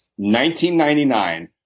1999